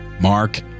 Mark